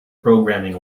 programming